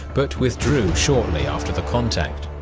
but withdrew shortly after the contact.